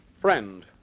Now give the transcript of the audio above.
Friend